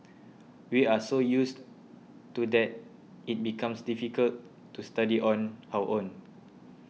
we are so used to that it becomes difficult to study on our own